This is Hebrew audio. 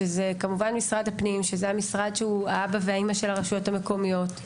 וזה כמובן משרד הפנים שזה המשרד שהוא האבא והאימא של הרשויות המקומיות,